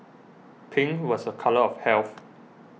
pink was a colour of health